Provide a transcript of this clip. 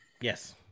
Yes